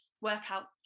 workout